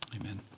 Amen